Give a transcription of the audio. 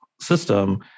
system